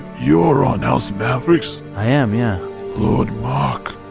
you're on house mavericks? i am, yeah lord mark,